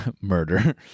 murder